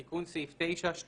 תיקון סעיף 8א נתקבל.